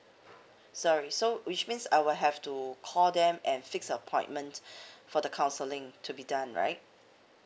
sorry so which means I will have to call them and fix appointment for the counselling to be done right